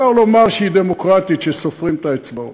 אפשר לומר שהיא דמוקרטית כשסופרים את האצבעות.